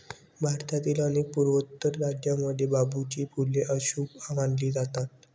भारतातील अनेक पूर्वोत्तर राज्यांमध्ये बांबूची फुले अशुभ मानली जातात